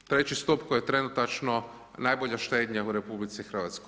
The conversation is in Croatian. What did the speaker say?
III. stup koji je trenutačno najbolja štednja u RH.